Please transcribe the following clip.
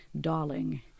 darling